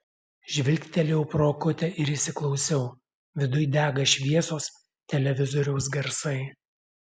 žvilgtelėjau pro akutę ir įsiklausiau viduj dega šviesos televizoriaus garsai